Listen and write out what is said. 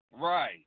Right